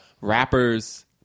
rappers